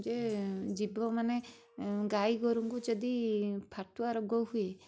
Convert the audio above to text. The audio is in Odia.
ଯେ ଜୀବମାନେ ଗାଈଗୋରୁଙ୍କୁ ଯଦି ଫାଟୁଆ ରୋଗ ହୁଏ